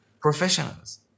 professionals